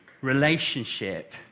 relationship